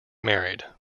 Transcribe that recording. married